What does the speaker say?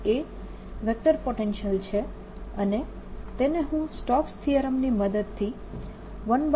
અહીં A vector potential છે અને તેને હું સ્ટોક્સ થીયરમની મદદથી 12IA